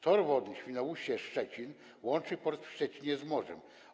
Tor wodny Świnoujście - Szczecin łączy port w Szczecinie z morzem.